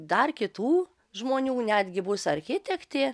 dar kitų žmonių netgi bus architektė